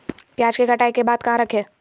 प्याज के कटाई के बाद कहा रखें?